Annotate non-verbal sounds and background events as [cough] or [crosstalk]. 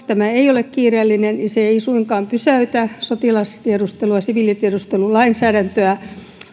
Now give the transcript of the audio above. [unintelligible] tämä ei ole kiireellinen se ei suinkaan pysäytä sotilastiedustelu ja siviilitiedustelulainsäädäntöä